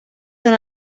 són